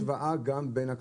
וגם לעשות השוואה בין הקנסות.